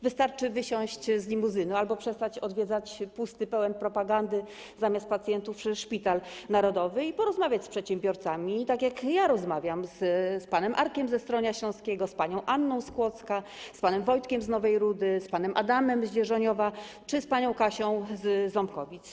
Wystarczy wysiąść z limuzyny albo przestać odwiedzać pusty - pełen propagandy zamiast pacjentów - Szpital Narodowy i porozmawiać z przedsiębiorcami, tak jak ja rozmawiam z panem Arkiem ze Stronia Śląskiego, z panią Anną z Kłodzka, z panem Wojtkiem z Nowej Rudy, z panem Adamem z Dzierżoniowa czy z panią Kasią z Ząbkowic.